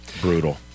Brutal